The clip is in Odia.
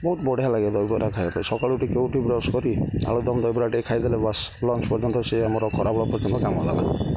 ବହୁତ ବଢ଼ିଆ ଲାଗେ ଦହିବରା ଖାଇବା ପାଇଁ ସକାଳୁ ଉଠି ଟିକେ ବ୍ରସ୍ କରି ଆଳୁଦମ ଦହିବରା ଟିକେ ଖାଇଦେଲେ ବାସ ଲଞ୍ଚ ପର୍ଯ୍ୟନ୍ତ ସେ ଆମର ଖରା ପର୍ଯ୍ୟନ୍ତ କାମ ଦେଲା